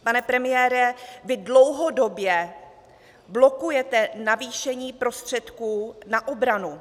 Pane premiére, vy dlouhodobě blokujete navýšení prostředků na obranu.